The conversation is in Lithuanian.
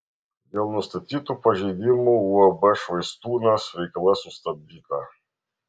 dėl nustatytų pažeidimų uab švaistūnas veikla sustabdyta